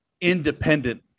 independent